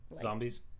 zombies